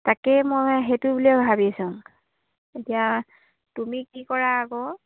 তাকেই মই সেইটো বুলিয়ে ভাবিছোঁ এতিয়া তুমি কি কৰা আকৌ